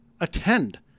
attend